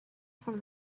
from